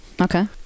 Okay